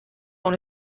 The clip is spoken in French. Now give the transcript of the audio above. dans